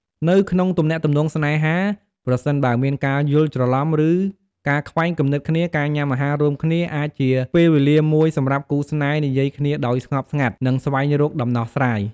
នៅក្នុងទំនាក់ទំនងស្នេហា ប្រសិនបើមានការយល់ច្រឡំ ឬការខ្វែងគំនិតគ្នា ការញ៉ាំអាហាររួមគ្នាអាចជា ពេលវេលាមួយសម្រាប់គូស្នេហ៍និយាយគ្នាដោយស្ងប់ស្ងាត់ និងស្វែងរកដំណោះស្រាយ។